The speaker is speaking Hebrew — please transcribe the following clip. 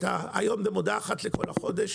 היום זו מודעה אחת לכל החודש,